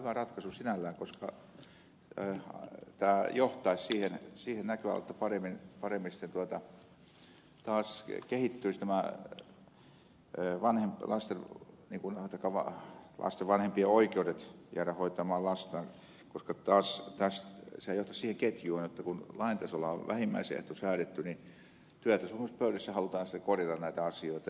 tämä voi olla ihan hyvä ratkaisu sinällään koska tämä johtaisi siihen näköalaan jotta paremmin kehittyisivät lasten vanhempien oikeudet jäädä hoitamaan lasta koska se johtaisi siihen ketjuun että kun lain tasolla on vähimmäisehto säädetty niin työehtosopimuspöydissä halutaan sitten korjata näitä asioita